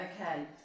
Okay